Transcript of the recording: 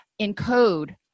encode